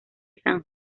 san